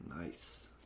Nice